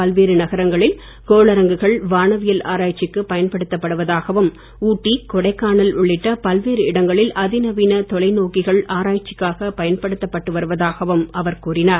பல்வேறு நகரங்களில் கோளரங்குகள் வானவியல் ஆராய்ச்சிக்கு பயன்படுத்தப்படுவதாகவும் ஊட்டி கொடைக்கானல் உள்ளிட்ட பல்வேறு இடங்களில் அதிநவீன தொலைநோக்கிகள் ஆராய்ச்சிக்காக பயன்படுத்தப்பட்டு வருவதாகவும் அவர் கூறினார்